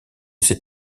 ces